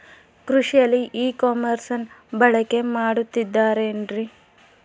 ಕೃಷಿಯಲ್ಲಿ ಇ ಕಾಮರ್ಸನ್ನ ಬಳಕೆ ಮಾಡುತ್ತಿದ್ದಾರೆ ಏನ್ರಿ?